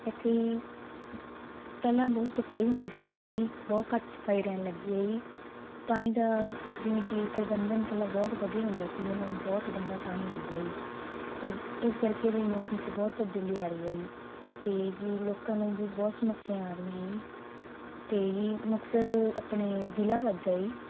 ਇਥੇ ਪਹਿਲਾਂ ਬਹੁਤ ਸਫਾਈ ਹੁੰਦੀ ਸੀ ਹੁਣ ਬਹੁਤ ਘੱਟ ਪਾਈ ਰਹਿਣ ਲੱਗੀ ਹ ਜੀ ਪਾਣੀ ਦਾ ਜਿਵੇਂ ਕੀ ਪ੍ਰਬੰਧਨ ਪਹਿਲਾਂ ਬਹੁਤ ਵਧੀਆ ਹੁੰਦਾ ਸੀ ਹੁਣ ਬਹੁਤ ਗੰਦਾ ਪਾਣੀ ਆਉਂਦਾ ਇਸ ਕਰਕੇ ਮੌਸਮ ਚ ਬਹੁਤ ਤਬਦੀਲੀ ਆ ਰਹੀ ਤੇ ਜੀ ਲੋਕਾਂ ਨੂੰ ਵੀ ਬਹੁਤ ਸਮੱਸਿਆ ਆ ਰਹੀਆਂ ਜੀ ਤੇ ਜੀ ਮੁਕਤਸਰ ਆਪਣੇ ਜਿਲਾ ਵਾਧਾ ਜੀ